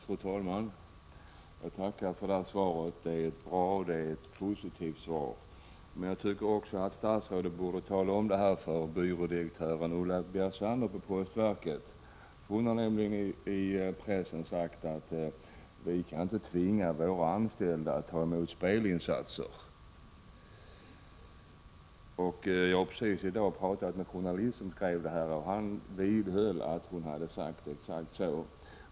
Fru talman! Jag tackar för svaret. Det är ett bra och positivt svar. Men jag tycker att statsrådet borde tala om det han säger i svaret också för byrådirektören Ulla Bjersander i postverket. Hon har nämligen i pressen uttalat att posten inte kan tvinga sina anställda att ta emot spelinsatser. Jag har i dag talat med den journalist som skrev detta, och han vidhöll att hon sagt exakt så.